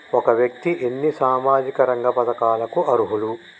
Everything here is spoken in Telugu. ఒక వ్యక్తి ఎన్ని సామాజిక రంగ పథకాలకు అర్హులు?